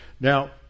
Now